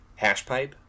Hashpipe